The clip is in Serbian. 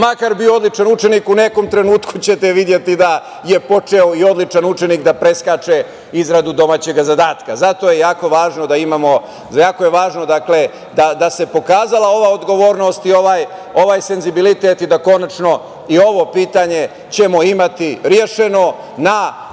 makar bio odličan učenik, u nekom trenutku ćete videti da je počeo i odličan učenik da preskače izradu domaćeg zadatka. Zato je jako važno da se pokazala ova odgovornost i ovaj senzibilitet i da konačno i da ćemo i ovo pitanje imati rešeno na obostrano